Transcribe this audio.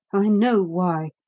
i know why.